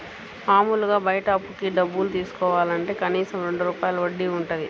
మాములుగా బయట అప్పుకి డబ్బులు తీసుకోవాలంటే కనీసం రెండు రూపాయల వడ్డీ వుంటది